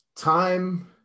Time